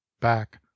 back